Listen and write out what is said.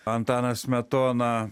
antanas smetona